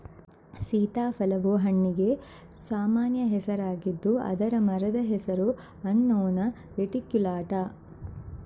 ಸೀತಾಫಲವು ಹಣ್ಣಿಗೆ ಸಾಮಾನ್ಯ ಹೆಸರಾಗಿದ್ದು ಅದರ ಮರದ ಹೆಸರು ಅನ್ನೊನಾ ರೆಟಿಕ್ಯುಲಾಟಾ